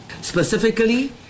Specifically